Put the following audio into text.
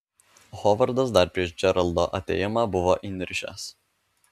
hovardas dar prieš džeraldo atėjimą buvo įniršęs